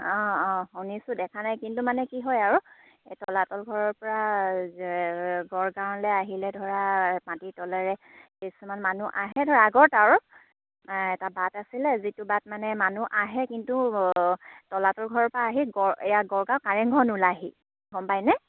অঁ অঁ শুনিছোঁ দেখা নাই কিন্তু মানে কি হয় আৰু এই তলাতল ঘৰৰ পৰা গড়গাঁৱলৈ আহিলে ধৰা মাটিৰ তলেৰে কিছুমান মানুহ আহে ধৰা আগত আৰু এটা বাট আছিলে যিটো বাট মানে মানুহ আহে কিন্তু তলাতল ঘৰৰ পৰা আহি গড় এইয়া গড়গাঁও কাৰেংঘৰ নোলাইহি গম পাইনে